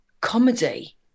comedy